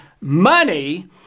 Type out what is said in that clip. money